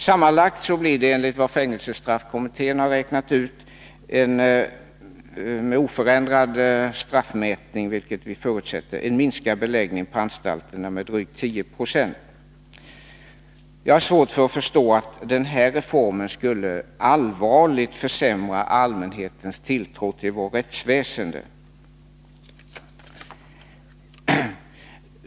Sammanlagt blir det, enligt vad fängelsestraffkommittén har räknat ut, med oförändrad straffmätning — något som vi förutsätter — en minskad beläggning på anstalterna med drygt 10 20. Jag har svårt att förstå att den här reformen skulle allvarligt försämra allmänhetens tilltro till vårt rättsväsende.